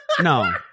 No